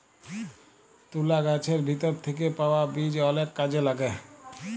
তুলা গাহাচের ভিতর থ্যাইকে পাউয়া বীজ অলেক কাজে ল্যাগে